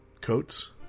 coats